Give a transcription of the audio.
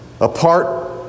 apart